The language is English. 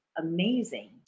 amazing